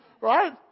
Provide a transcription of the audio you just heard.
Right